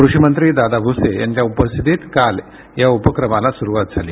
कृषी मंत्री दादा भुसे यांच्या उपस्थितीत काल या उपक्रमाला सुरुवात झाली